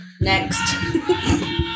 Next